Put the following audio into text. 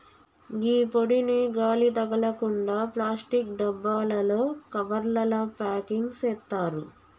గీ పొడిని గాలి తగలకుండ ప్లాస్టిక్ డబ్బాలలో, కవర్లల ప్యాకింగ్ సేత్తారు